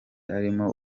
arimo